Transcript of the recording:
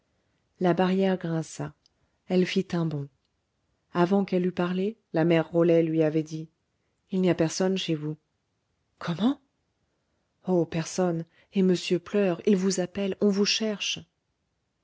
la barrière grinça elle fit un bond avant qu'elle eût parlé la mère rolet lui avait dit il n'y a personne chez vous comment oh personne et monsieur pleure il vous appelle on vous cherche